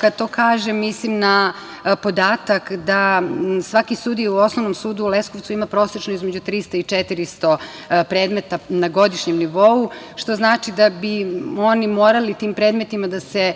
Kad to kažem, mislim na podatak da svaki sudija u Osnovnom sudu u Leskovcu ima prosečno između 300 i 400 predmeta na godišnjem nivou, što znači da bi oni morali tim predmetima da se